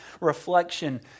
reflection